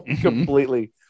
completely